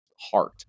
heart